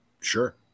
Sure